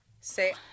Say